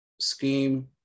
scheme